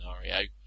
scenario